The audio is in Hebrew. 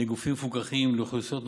לגופים מפוקחים ולאוכלוסיות נוספות.